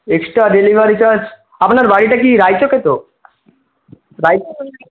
extra delivery charge আপনার বাড়ি কি রায়চকে তো রায়